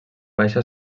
baixa